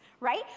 Right